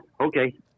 Okay